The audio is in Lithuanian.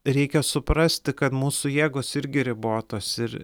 reikia suprasti kad mūsų jėgos irgi ribotos ir